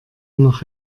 noch